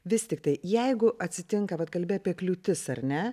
vis tiktai jeigu atsitinka vat kalbi apie kliūtis ar ne